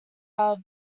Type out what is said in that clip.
are